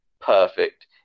perfect